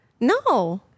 No